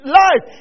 life